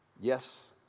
Yes